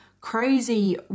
crazy